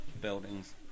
buildings